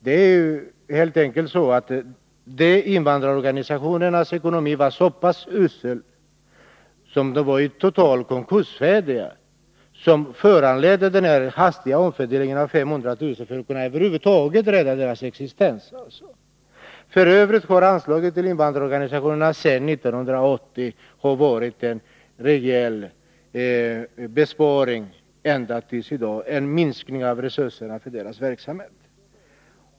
Det är helt enkelt så att dessa invandrarorganisationers ekonomi var så pass usel att de var totalt konkursfärdiga. Det var detta som föranledde denna hastiga omfördelning av 500 000 kr. för att man över huvud taget skulle kunna rädda deras existens. F. ö. har anslaget till invandrarorganisationerna sedan 1980 ända till i dag inneburit en rejäl besparing. Det har varit en ständig minskning av resurserna till deras verksamhet.